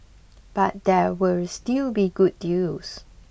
but there will still be good deals